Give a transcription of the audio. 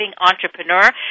Entrepreneur